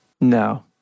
No